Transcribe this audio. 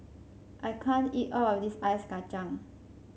I can't eat all of this Ice Kachang